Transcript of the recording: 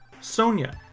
Sonia